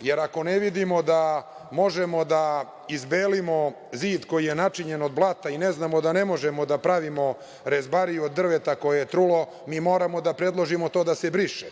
jer ako ne vidimo da možemo da izbelimo zid koji je načinjen od blata i ne znamo da ne možemo da pravimo rezbariju od drveta koje je trulo, moramo da predložimo da se to